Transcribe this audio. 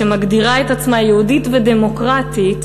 שמגדירה את עצמה יהודית ודמוקרטית,